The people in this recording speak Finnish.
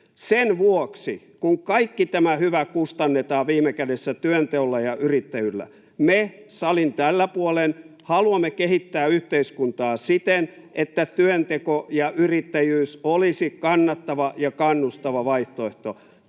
Sen vuoksi, kun kaikki tämä hyvä kustannetaan viime kädessä työnteolla ja yrittäjyydellä, me salin tällä puolen haluamme kehittää yhteiskuntaa siten, että työnteko ja yrittäjyys olisi kannattava ja kannustava vaihtoehto.